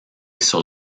sur